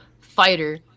fighter